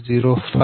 12 0